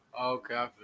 okay